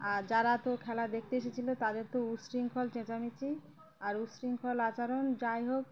আর যারা তো খেলা দেখতে এসেছিলো তাদের তো উচ্ছৃঙ্খল চেঁচামেঁচি আর উচ্ছৃঙ্খল আচরণ যাই হোক